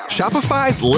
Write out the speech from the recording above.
Shopify's